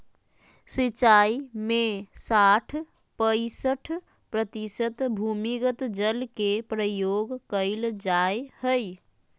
सिंचाई में साठ पईंसठ प्रतिशत भूमिगत जल के प्रयोग कइल जाय हइ